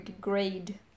grade